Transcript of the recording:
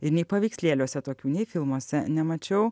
ir nei paveikslėliuose tokių nei filmuose nemačiau